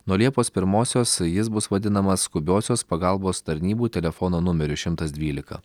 nuo liepos pirmosios jis bus vadinamas skubiosios pagalbos tarnybų telefono numeriu šimtas dvylika